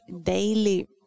daily